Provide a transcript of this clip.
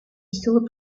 still